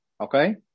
okay